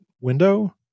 window